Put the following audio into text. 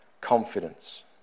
confidence